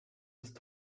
ist